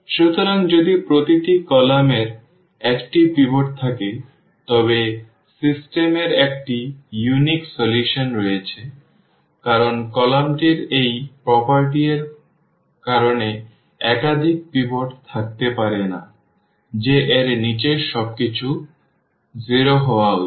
সুতরাং যদি প্রতিটি কলাম এর একটি পিভট থাকে তবে সিস্টেম এর একটি অনন্য সমাধান রয়েছে কারণ কলামটির এই বৈশিষ্ট্য এর কারণে একাধিক পিভট থাকতে পারে না যে এর নীচে সবকিছু 0 হওয়া উচিত